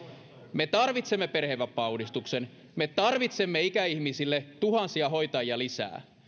me tarvitsemme perhevapaauudistuksen me tarvitsemme ikäihmisille tuhansia hoitajia lisää